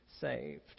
saved